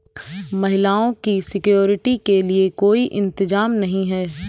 महिलाओं की सिक्योरिटी के लिए कोई इंतजाम नहीं है